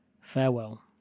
Farewell